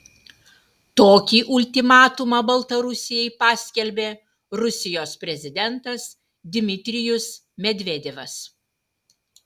tokį ultimatumą baltarusijai paskelbė rusijos prezidentas dmitrijus medvedevas